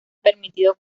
permitido